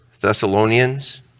Thessalonians